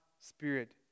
Spirit